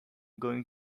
going